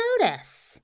notice